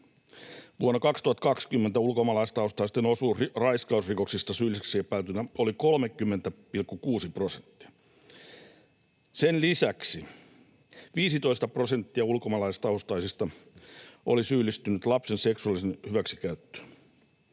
Vuonna 2020 ulkomaalaistaustaisten osuus raiskausrikoksista syylliseksi epäiltyinä oli 30,6 prosenttia. Sen lisäksi 15 prosenttia ulkomaalaistaustaisista oli syyllistynyt lapsen seksuaaliseen hyväksikäyttöön.